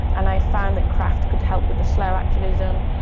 and i found that craft could help with the slow activism.